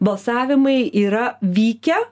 balsavimai yra vykę